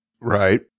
Right